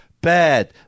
bad